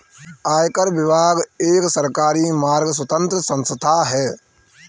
आयकर विभाग एक सरकारी मगर स्वतंत्र संस्था है